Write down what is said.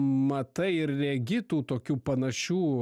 matai ir regi tų tokių panašių